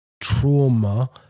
trauma